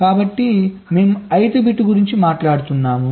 కాబట్టి మేము I th bit గురించి మాట్లాడుతున్నాము